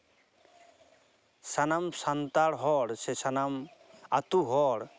ᱥᱟᱱᱟᱢ ᱥᱟᱱᱛᱟᱲ ᱦᱚᱲ ᱥᱮ ᱥᱟᱱᱟᱢ ᱟᱹᱛᱩ ᱦᱚᱲ